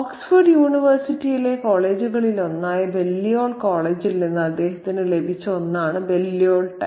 Oxford യൂണിവേഴ്സിറ്റിയിലെ കോളേജുകളിലൊന്നായ Balliol കോളേജിൽ നിന്ന് അദ്ദേഹത്തിന് ലഭിച്ച ഒന്നാണ് ബല്ലിയോൾ ടൈ